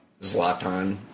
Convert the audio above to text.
Zlatan